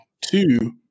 two